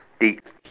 tick